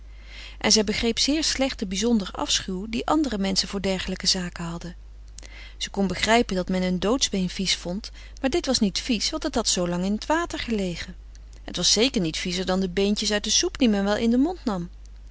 en zij begreep zeer slecht de bizondere afschuw die andere menschen voor dergelijke zaken hadden ze kon begrijpen dat men een doodsbeen vies vond maar dit was niet vies want het had zoolang in t water gelegen het was zeker niet viezer dan de beentjes uit de soep die men wel in den mond nam